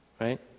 Right